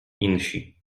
insi